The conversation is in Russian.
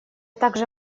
также